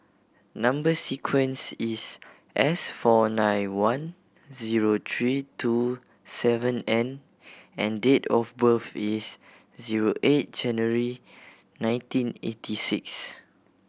number sequence is S four nine one zero three two seven N and date of birth is zero eight January nineteen eighty six